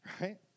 right